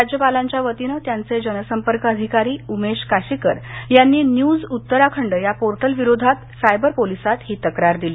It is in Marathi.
राज्यपालांच्यावतीनं त्यांचे जनसंपर्क अधिकारी उमेश काशीकर यांनी न्यूज उत्तराखंड या पोर्टलविरोधात सायबर पोलिसांत ही तक्रार दिली